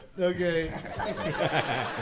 Okay